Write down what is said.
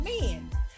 men